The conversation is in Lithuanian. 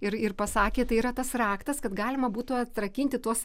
ir ir pasakė tai yra tas raktas kad galima būtų atrakinti tuos